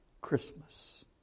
Christmas